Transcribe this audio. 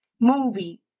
movie